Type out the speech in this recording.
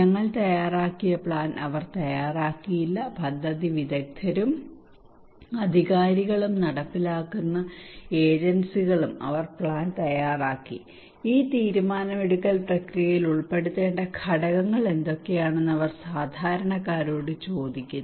ഞങ്ങൾ തയ്യാറാക്കിയ പ്ലാൻ അവർ തയ്യാറാക്കിയില്ല പദ്ധതി വിദഗ്ധരും അധികാരികളും നടപ്പാക്കുന്ന ഏജൻസികളും അവർ പ്ലാൻ തയ്യാറാക്കി ഈ തീരുമാനമെടുക്കൽ പ്രക്രിയയിൽ ഉൾപ്പെടുത്തേണ്ട ഘടകങ്ങൾ എന്തൊക്കെയാണെന്ന് അവർ സാധാരണക്കാരോട് ചോദിക്കുന്നു